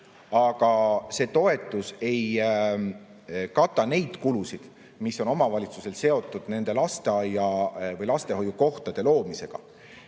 aga see toetus ei kata neid kulusid, mis on omavalitsusel seotud nende lastehoiukohtade loomisega.